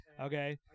okay